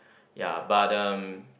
ya but uh